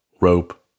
rope